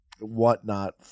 whatnot